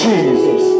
Jesus